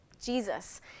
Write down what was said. Jesus